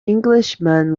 englishman